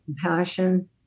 compassion